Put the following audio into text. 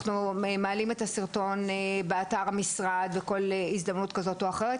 אנחנו מעלים את הסרטון באתר המשרד בכל הזדמנות כזאת או אחרת.